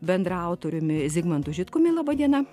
bendraautoriumi zigmantui žitkumi laba diena